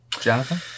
Jonathan